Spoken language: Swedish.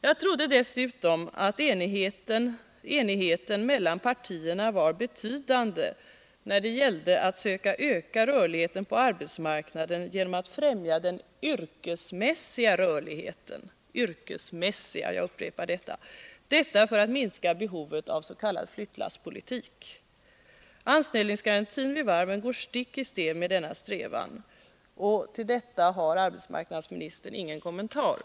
Jag trodde dessutom att enigheten mellan partierna var betydande när det gällde att söka öka rörligheten på arbetsmarknaden genom att främja den yrkesmässiga rörligheten — jag upprepar, den yrkesmässiga rörligheten — för att minska behovet av s.k. flyttlasspolitik. Anställningsgarantin vid varven går stick i stäv med denna strävan. Till detta har arbetsmarknadsministern inga Nr 26